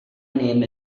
name